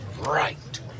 right